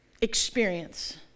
experience